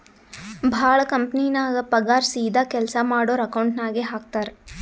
ಭಾಳ ಕಂಪನಿನಾಗ್ ಪಗಾರ್ ಸೀದಾ ಕೆಲ್ಸಾ ಮಾಡೋರ್ ಅಕೌಂಟ್ ನಾಗೆ ಹಾಕ್ತಾರ್